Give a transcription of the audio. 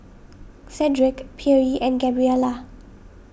Cedrick Pierre and Gabriella